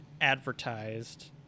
advertised